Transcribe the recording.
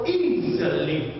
easily